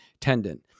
tendon